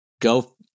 Go